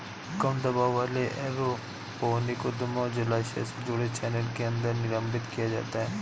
कम दबाव वाले एरोपोनिक उद्यानों जलाशय से जुड़े चैनल के अंदर निलंबित किया जाता है